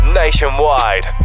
nationwide